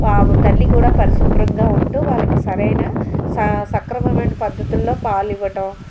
వా తల్లి కూడా పరిశుభ్రంగా ఉంటూ వాళ్లకి సరైన స సక్రమమైన పద్ధతుల్లో పాలు ఇవ్వడం